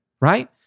right